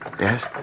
Yes